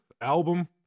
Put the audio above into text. album